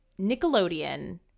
Nickelodeon